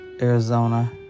Arizona